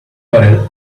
url